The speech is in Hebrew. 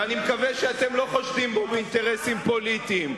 שאני מקווה שאתם לא חושדים בו באינטרסים פוליטיים,